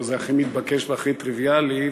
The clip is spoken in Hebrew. זה הכי מתבקש והכי טריוויאלי,